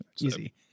Easy